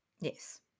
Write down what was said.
Yes